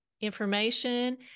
information